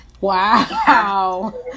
Wow